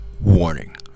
Warning